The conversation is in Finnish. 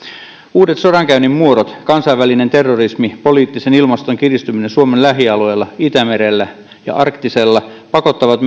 uudet sodankäynnin muodot kansainvälinen terrorismi poliittisen ilmaston kiristyminen suomen lähialueilla itämerellä ja arktiksella pakottavat